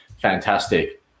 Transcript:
Fantastic